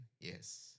Yes